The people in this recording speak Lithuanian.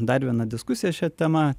dar viena diskusija šia tema